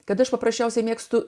kad aš paprasčiausiai mėgstu